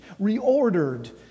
reordered